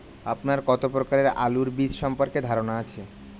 আপনার কত প্রকারের আলু বীজ সম্পর্কে ধারনা আছে?